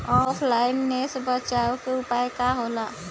ऑफलाइनसे बचाव के उपाय का होला?